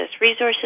resources